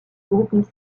groupe